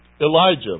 Elijah